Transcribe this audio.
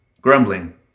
Grumbling